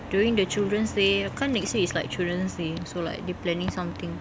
during the children's day kan next week is children's day so like they planning something